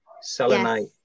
selenite